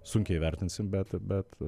sunkiai vertinsim bet bet